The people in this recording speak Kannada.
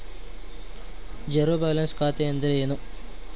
ಝೇರೋ ಬ್ಯಾಲೆನ್ಸ್ ಖಾತೆ ಅಂದ್ರೆ ಏನು?